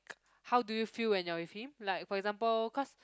how do you feel when you're with him like for example cause